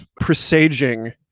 presaging